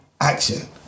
action